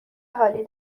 حالی